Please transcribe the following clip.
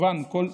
הוא